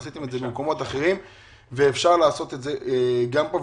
עשיתם את זה במקומות אחרים ואפשר לעשות את זה גם פה.